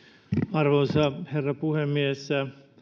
arvoisa herra puhemies